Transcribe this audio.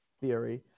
theory